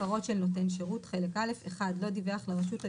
הפרות של נותני שירות חלק א' לא דיווח לרשות על